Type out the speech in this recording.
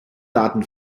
daten